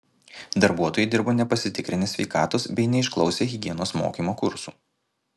darbuotojai dirbo nepasitikrinę sveikatos bei neišklausę higienos mokymo kursų